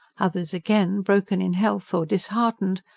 others again, broken in health or disheartened,